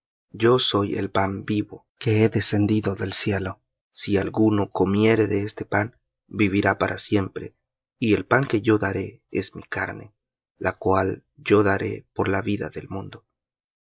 yo soy el pan vivo que he descendido del cielo si alguno comiere de este pan vivirá para siempre y el pan que yo daré es mi carne la cual yo daré por la vida del mundo